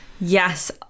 Yes